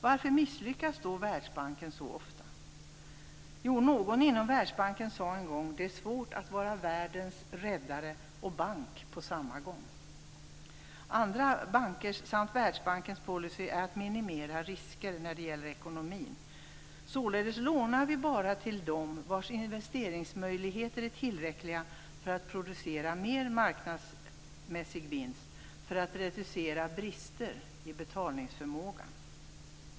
Varför misslyckas då Världsbanken så ofta? Någon inom Världsbanken sade en gång: "Det är svårt att vara världens räddare och bank på samma gång." Andra banker samt Världsbankens policy är att minimera risker när det gäller ekonomin. Således lånar banken bara ut till dem vars investeringsmöjligheter är tillräckliga för att producera en mer marknadsmässig vinst för att reducera brister i betalningsförmågan.